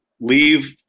leave